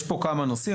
יש פה כמה נושאים.